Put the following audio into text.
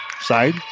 side